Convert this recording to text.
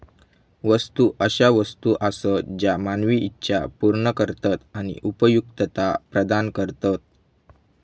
वस्तू अशा वस्तू आसत ज्या मानवी इच्छा पूर्ण करतत आणि उपयुक्तता प्रदान करतत